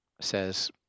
says